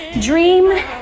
Dream